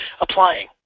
applying